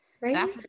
Right